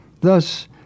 Thus